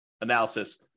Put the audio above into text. analysis